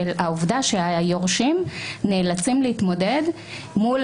את העובדה שהיורשים נאלצים להתמודד מול